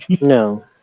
No